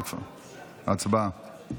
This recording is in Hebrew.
הצבעה.